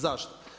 Zašto?